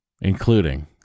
including